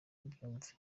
mubyumve